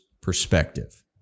perspective